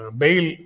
bail